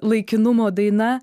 laikinumo daina